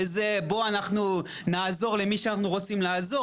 וזה 'בוא אנחנו נעזור למי שאנחנו רוצים לעזור,